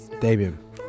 Damien